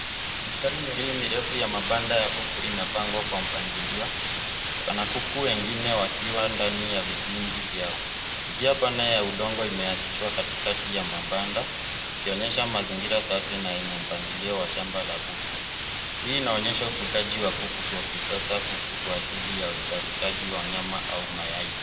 Mistari miwili mirefu ya mapanda ya kuku inapangwa kwa mpangilio na kuku wengine wakiwa ndani ya vipindi vya, njia pana ya udongo imeachwa katikati ya mapanda ikionyesha mazingira safi na enye mpangilio wa shamba la kuku. Hii inaonyesha mfugaji wa kuku wa kisasa huku kwa ajili ya uzalishaji ya wanyama au mayai.